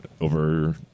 over